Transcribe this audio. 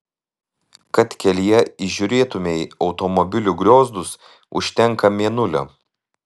kad kelyje įžiūrėtumei automobilių griozdus užtenka mėnulio